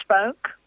spoke